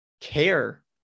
care